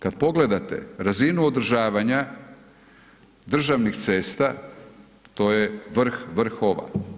Kad pogledate razinu održavanja državnih cesta, to je vrh vrhova.